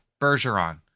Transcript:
Bergeron